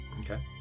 Okay